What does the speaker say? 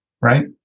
right